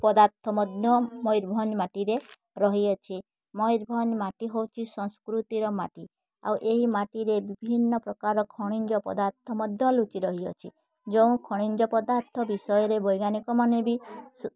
ପଦାର୍ଥ ମଧ୍ୟ ମୟୂରଭଞ୍ଜ ମାଟିରେ ରହିଅଛି ମୟୂରଭଞ୍ଜ ମାଟି ହଉଛି ସଂସ୍କୃତିର ମାଟି ଆଉ ଏହି ମାଟିରେ ବିଭିନ୍ନ ପ୍ରକାର ଖଣିଜ ପଦାର୍ଥ ମଧ୍ୟ ଲୁଚି ରହିଅଛି ଯେଉଁ ଖଣିଜ ପଦାର୍ଥ ବିଷୟରେ ବୈଜ୍ଞାନିକମାନେ ବି ସ